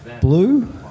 blue